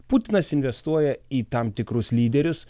putinas investuoja į tam tikrus lyderius